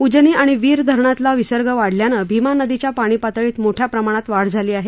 उजनी आणि वीर धरणातील विसर्ग वाढल्यानं भीमा नदीच्या पाणी पातळीत मोठ्या प्रमाणात वाढ झाली आहे